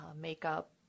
makeup